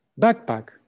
backpack